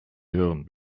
hören